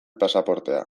pasaportea